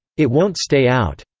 it won't stay out.